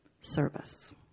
service